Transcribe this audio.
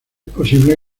posible